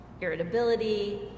irritability